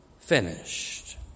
finished